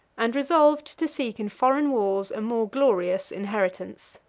and resolved to seek in foreign wars a more glorious inheritance.